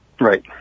Right